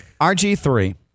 RG3